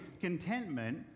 contentment